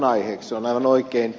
se on aivan oikein